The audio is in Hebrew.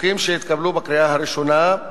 חוקים שהתקבלו בקריאה ראשונה,